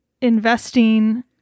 investing